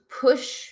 push